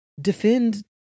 defend